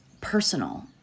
personal